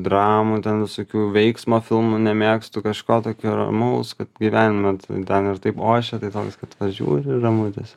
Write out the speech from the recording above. dramų ten visokių veiksmo filmų nemėgstu kažko tokio ramaus kad gyvenime ten ir taip o aš čia tai toks kad va žiū ramu tiesio